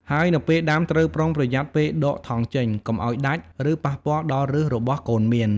ហើយនៅពេលដាំត្រូវប្រុងប្រយ័ត្នពេលដកថង់ចេញ កុំឱ្យដាច់ ឬប៉ះពាល់ដល់ឫសរបស់កូនមៀន។